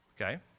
Okay